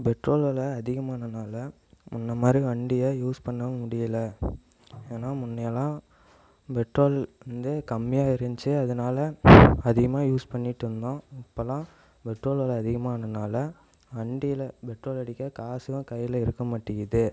petrol வில அதிகமானனால் முன்ன மாதிரி வண்டியே யூஸ் பண்ண முடியல ஏன்னால் முன்னையெல்லாம் பெட்ரோல் வந்து கம்மியாக இருந்துச்சி அதனால அதிகமாக யூஸ் பண்ணிட்டுருந்தோம் இப்போல்லாம் பெட்ரோல் வில அதிகமானனால் வண்டியில் பெட்ரோல் அடிக்க காசும் கையில் இருக்கற மாட்டிக்குது